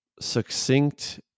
succinct